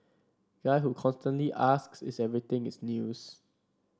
guy who constantly asks is everything is news